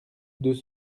deux